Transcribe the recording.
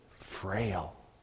frail